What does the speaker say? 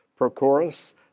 Prochorus